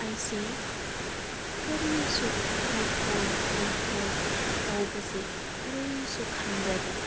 ꯑꯩꯁꯦ ꯀꯔꯤꯁꯨ ꯍꯩꯀꯣꯜ ꯂꯩꯀꯣꯜ ꯇꯧꯕꯁꯤ ꯀꯔꯤꯁꯨ ꯈꯟꯖꯗꯦ